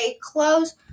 close